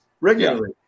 regularly